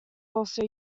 also